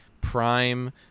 prime